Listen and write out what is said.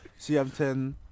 CM10